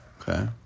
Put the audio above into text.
Okay